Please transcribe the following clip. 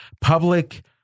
Public